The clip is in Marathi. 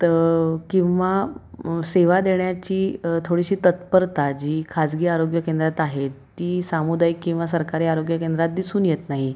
तर किंवा सेवा देण्याची थोडीशी तत्परता जी खाजगी आरोग्य केंद्रात आहे ती सामुदायिक किंवा सरकारी आरोग्य केंद्रात दिसून येत नाही